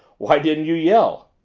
why didn't you yell?